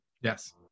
Yes